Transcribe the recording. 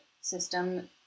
system